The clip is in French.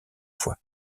fois